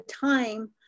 time